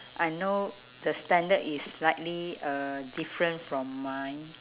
I know the standard is slightly uh different from mine